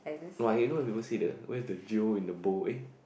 no I you know when people say that where is the jio in the bo eh